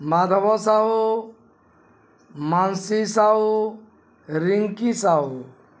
Madhav Sahu Mansi Sahu Rinki Sahu